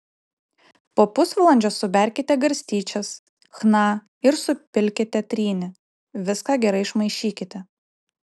po pusvalandžio suberkite garstyčias chna ir supilkite trynį viską gerai išmaišykite